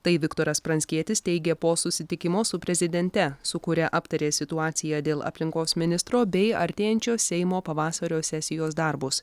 tai viktoras pranckietis teigė po susitikimo su prezidente su kuria aptarė situaciją dėl aplinkos ministro bei artėjančios seimo pavasario sesijos darbus